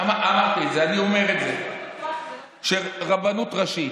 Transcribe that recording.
אמרתי את זה, אני אומר את זה, שרבנות ראשית